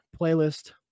Playlist